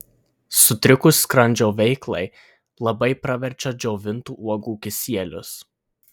sutrikus skrandžio veiklai labai praverčia džiovintų uogų kisielius